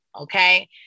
okay